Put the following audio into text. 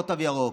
לא תו ירוק.